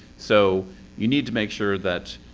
so you need to make sure that